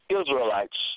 Israelites